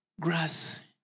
grass